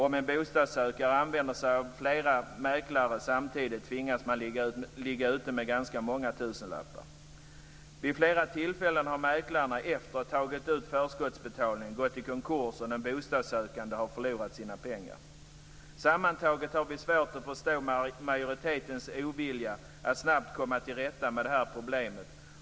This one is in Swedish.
Om en bostadssökande använder sig av flera mäklare samtidigt tvingas man ligga ute med ganska många tusenlappar. Vid flera tillfällen har mäklarna efter att ha tagit ut förskottsbetalning gått i konkurs, och den bostadssökande har förlorat sina pengar. Sammantaget har vi svårt att förstå majoritetens ovilja att snabbt komma till rätta med problemet.